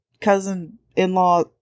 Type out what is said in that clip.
cousin-in-law